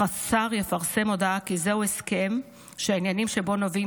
אך השר יפרסם הודעה כי זהו הסכם שהעניינים שבו נובעים